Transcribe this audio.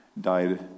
died